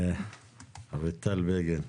אביטל בגין.